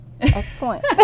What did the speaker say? excellent